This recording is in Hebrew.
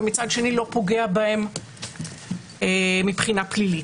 ומצד שני לא פוגע בהם מבחינה פלילית.